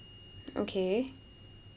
okay